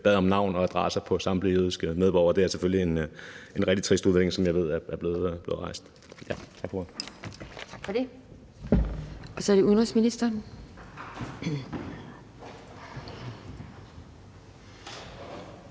bad om navn og adresser på samtlige jødiske medborgere, og det er selvfølgelig en rigtig trist udvikling, som jeg ved er blevet rejst. Tak for ordet. Kl. 11:13 Anden næstformand